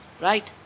Right